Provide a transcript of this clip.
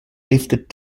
lifted